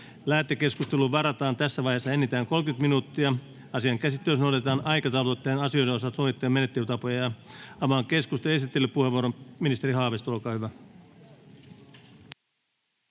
Lähetekeskusteluun varataan tässä vaiheessa enintään 30 minuuttia. Asian käsittelyssä noudatetaan aikataulutettujen asioiden osalta sovittuja menettelytapoja. — Avaan keskustelun. Esittelypuheenvuoro, ministeri Haavisto, olkaa hyvä.